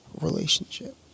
relationship